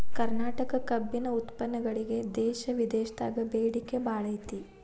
ಕರ್ನಾಟಕ ಕಬ್ಬಿನ ಉತ್ಪನ್ನಗಳಿಗೆ ದೇಶ ವಿದೇಶದಾಗ ಬೇಡಿಕೆ ಬಾಳೈತಿ